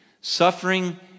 suffering